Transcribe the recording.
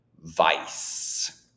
vice